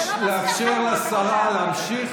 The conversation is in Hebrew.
קונסולית שלא תשיר